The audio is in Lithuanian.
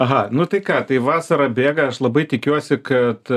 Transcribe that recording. aha nu tai ką tai va prabėga aš labai tikiuosi kad